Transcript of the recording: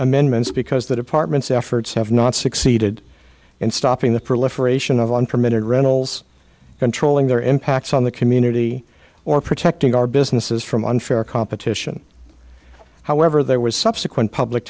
amendments because the department's efforts have not succeeded in stopping the proliferation of unpermitted runnels controlling their impacts on the community or protecting our businesses from unfair competition however there was subsequent public